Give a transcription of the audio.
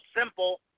simple